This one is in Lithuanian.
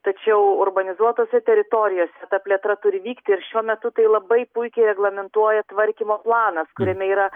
tačiau urbanizuotose teritorijose ta plėtra turi vykti ir šiuo metu tai labai puikiai reglamentuoja tvarkymo planas kuriame yra